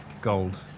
Gold